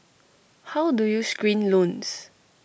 how do you screen loans